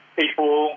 people